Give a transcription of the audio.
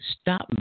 stop